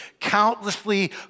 countlessly